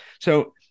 So-